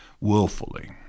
willfully